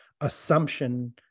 assumption